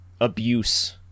abuse